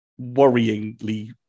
worryingly